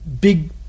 big